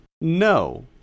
No